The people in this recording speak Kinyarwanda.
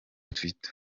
twitter